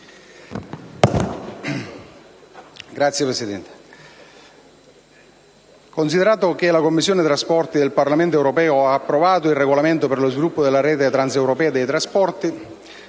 ricordare. Essa considera che la Commissione trasporti del Parlamento europeo ha approvato il regolamento per lo sviluppo della rete transeuropea dei trasporti